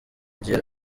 gihe